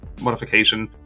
modification